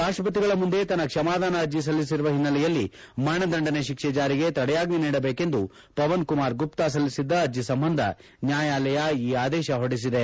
ರಾಷ್ಟಪತಿಗಳ ಮುಂದೆ ತನ್ನ ಕ್ಷಮಾದಾನ ಅರ್ಜಿ ಸಲ್ಲಿಸಿರುವ ಹಿನ್ನೆಲೆಯಲ್ಲಿ ಮರಣದಂಡನೆ ಶಿಕ್ಷೆ ಜಾರಿಗೆ ತಡೆಯಾಜ್ಞೆ ನೀಡಬೇಕೆಂದು ಪವನ್ಕುಮಾರ್ ಗುಪ್ತ ಸಲ್ಲಿಸಿದ್ದ ಅರ್ಜಿ ಸಂಬಂಧ ನ್ಯಾಯಾಲಯ ಈ ಆದೇಶ ಹೊರಡಿಸಿದೆ